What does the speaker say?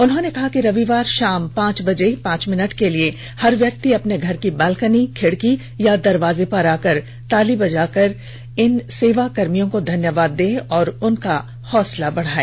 उन्होंने कहा कि रविवार शाम पांच बजे पांच मिनट के लिए हर व्यक्ति अपने घर की बालकनी खिड़की या दरवाजे पर आकर ताली थाली बजाकर इन सेवा कर्मियों को धन्यवाद दे और उनका हौसला बढ़ाए